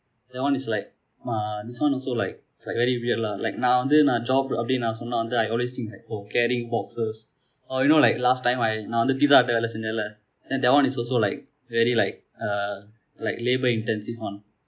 that one is like uh this one also like is like very weird lah like நான் வந்து நான்:naan vanthu naan job அப்படினு நான் சொன்னால் வந்து:appadinu naan sonnal vanthu I always think like oh carrying boxes oh like you know like last time I நான் வந்து:naan vanthu pizza hut வேலை செய்தேன்னில்லையா:vellai seithenillaiyaa then that one is also like very like uh like labor intensive one